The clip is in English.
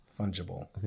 Fungible